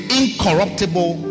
incorruptible